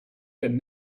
that